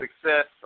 success